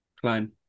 climb